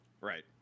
Right